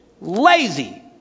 lazy